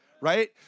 Right